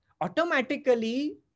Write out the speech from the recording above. Automatically